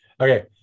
Okay